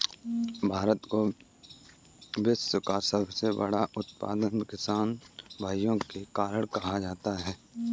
भारत को विश्व का सबसे बड़ा उत्पादक किसान भाइयों के कारण कहा जाता है